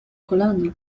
kolana